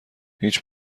هیچ